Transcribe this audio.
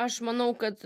aš manau kad